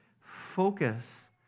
Focus